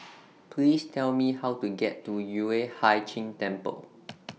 Please Tell Me How to get to Yueh Hai Ching Temple